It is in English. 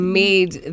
made